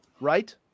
Right